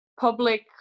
public